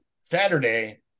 Saturday